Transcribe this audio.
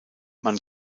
man